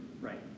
Right